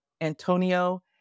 Antonio